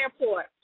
airport